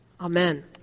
Amen